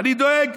אני דואג,